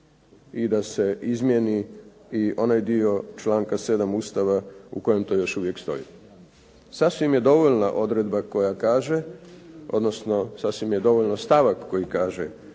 i da se izmijeni i onaj dio članka 7. Ustava u kojem to još uvijek stoji. Sasvim je dovoljna odredba koja kaže, odnosno sasvim je dovoljan stavak koji kaže: